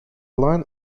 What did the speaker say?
line